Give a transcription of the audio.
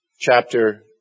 chapter